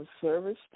service